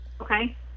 Okay